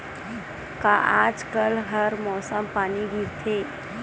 का आज कल हर मौसम पानी गिरथे?